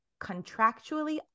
contractually